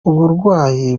uburwayi